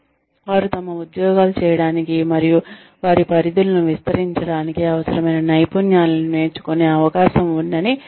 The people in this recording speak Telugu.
వారు తమ ఉద్యోగాలు చేయడానికి మరియు వారి పరిధులను విస్తరించడానికి అవసరమైన నైపుణ్యాలను నేర్చుకునే అవకాశం ఉందని నిర్ధారించే లక్ష్యంతో